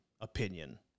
opinion